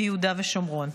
ביהודה ושומרון.